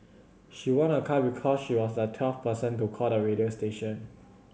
she won a car because she was the twelfth person to call the radio station